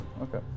Okay